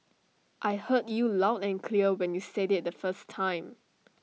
I heard you loud and clear when you said IT the first time